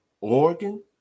Oregon